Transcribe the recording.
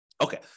Okay